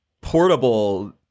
portable